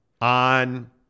on